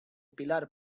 pilar